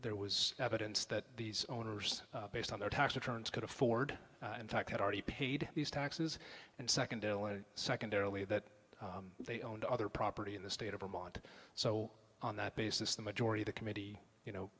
there was evidence that these owners based on their tax returns could afford in fact had already paid these taxes and second bill and secondarily that they owned other property in the state of vermont so on that basis the majority the committee you know